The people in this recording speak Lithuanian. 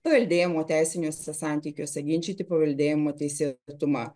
paveldėjimo teisiniuose santykiuose ginčyti paveldėjimo teisėtumą